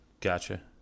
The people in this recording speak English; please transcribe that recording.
gotcha